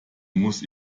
muss